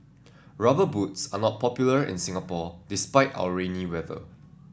rubber boots are not popular in Singapore despite our rainy weather